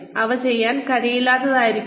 അവ ചെയ്യാൻ കഴിയാത്തതായിരിക്കരുത്